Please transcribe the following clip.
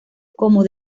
como